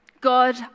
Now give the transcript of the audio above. God